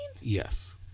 Yes